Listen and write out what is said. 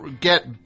get